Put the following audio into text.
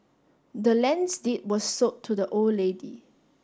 the land's deed was sold to the old lady